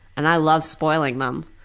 and i love spoiling them,